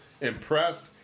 impressed